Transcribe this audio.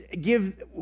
give